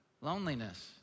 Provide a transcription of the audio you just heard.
Loneliness